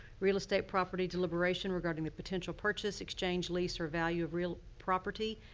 real estate property deliberation. regarding the potential purchase, exchange, lease, or value of real property.